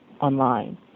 online